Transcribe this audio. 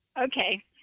Okay